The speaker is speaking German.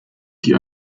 die